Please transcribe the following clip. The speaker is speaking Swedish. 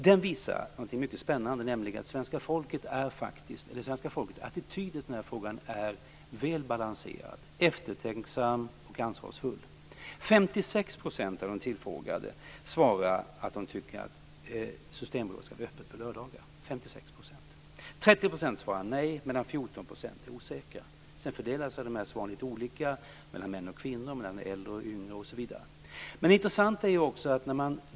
Den visar någonting mycket spännande, nämligen att svenska folkets attityder till den här frågan är väl balanserade, eftertänksamma och ansvarsfulla. 56 % av de tillfrågade svarar att de tycker att Systembolaget skall vara öppet på lördagar. 30 % svarar nej, medan 14 % är osäkra. Sedan fördelar sig svaren olika mellan män och kvinnor, äldre och yngre osv.